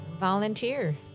volunteer